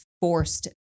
forced